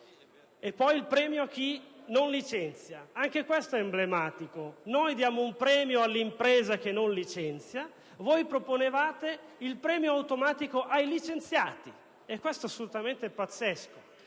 E poi c'è il premio per chi non licenzia, anch'esso emblematico: noi diamo un premio all'impresa che non licenzia, voi proponevate il premio automatico ai licenziati, che è assolutamente pazzesco.